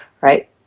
right